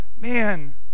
Man